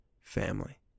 family